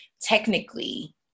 technically